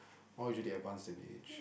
all usually advance in age